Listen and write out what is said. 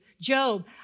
Job